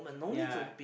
ya